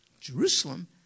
Jerusalem